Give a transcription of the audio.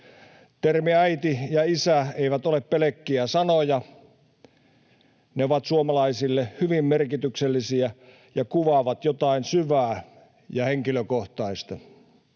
Termit ”äiti” ja ”isä” eivät ole pelkkiä sanoja. Ne ovat suomalaisille hyvin merkityksellisiä ja kuvaavat jotain syvää ja henkilökohtaista.